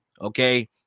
okay